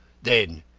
then,